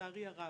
לצערי הרב.